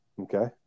Okay